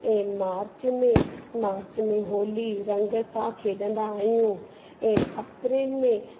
ऐं मार्च में मार्च में होली रंग सां खेॾंदा आहियूं ऐं अप्रैल में